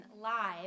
live